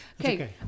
Okay